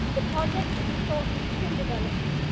the project is a source of skill development.